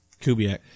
Kubiak